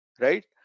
right